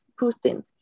Putin